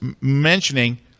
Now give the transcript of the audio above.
mentioning